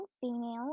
female